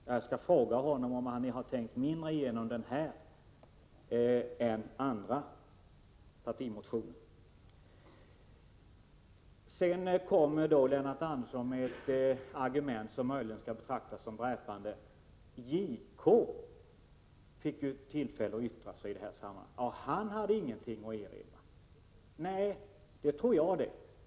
Jag skall fråga honom om han tänkt igenom denna motion mindre än andra partimotioner. Sedan kommer Lennart Andersson med ett argument som möjligen skall betraktas som dräpande, nämligen att JK fått tillfälle att yttra sig och att han inte hade något att erinra. Nej, det tror jag det.